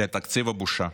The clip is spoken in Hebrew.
לתקציב הבושה.